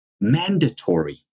mandatory